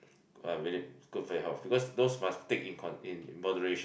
uh will not good for your health because those must take in con~ in moderation